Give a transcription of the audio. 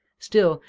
still,